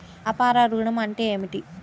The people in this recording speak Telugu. వ్యాపార ఋణం అంటే ఏమిటి?